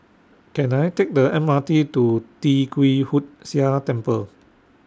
Can I Take The M R T to Tee Kwee Hood Sia Temple